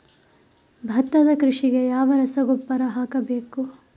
ಭತ್ತದ ಕೃಷಿಗೆ ಯಾವ ರಸಗೊಬ್ಬರ ಹಾಕಬೇಕು?